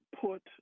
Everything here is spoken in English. put